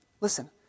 Listen